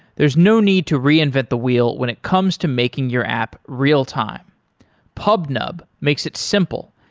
there is no need to reinvent the wheel when it comes to making your app real-time pubnub makes it simple,